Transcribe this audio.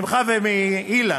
ממך ומאילן,